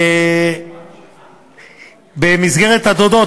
במסגרת התודות,